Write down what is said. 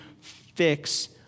fix